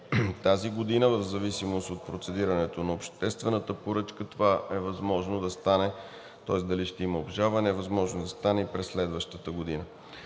тази година. В зависимост от процедирането на обществената поръчка това е възможно да стане, тоест дали ще има обжалване, е възможно да стане и през следващата година.